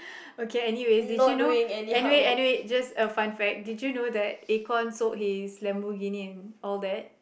okay anyways did you know anyway anyway just a fun fact did you know that Acorn sold his Lamborghini all that